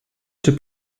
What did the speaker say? czy